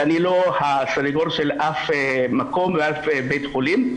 ואני לא הסנגור של אף מקום ואף בית חולים,